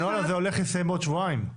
הנוהל הזה הולך להסתיים בעוד שבועיים.